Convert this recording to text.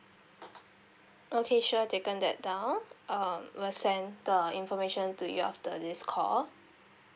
okay sure taken that down um we'll send the information to you after this call